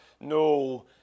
no